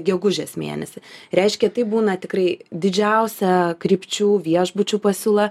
gegužės mėnesį reiškia tai būna tikrai didžiausia krypčių viešbučių pasiūla